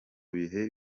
bihe